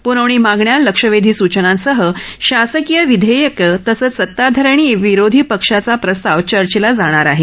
प्रवणी मागण्या लक्षवेधीसूचनासह शासकीय विधेयके तसंच सताधारी आणि विरोधी पक्षाचा प्रस्ताव चर्चीला जाणार आहे